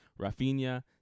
Rafinha